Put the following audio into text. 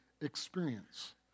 experience